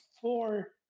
four